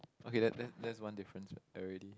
okay that's that's that's one difference already